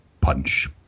punch